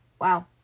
Wow